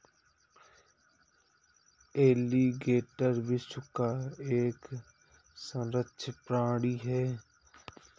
alligator विश्व का एक संरक्षित प्राणी है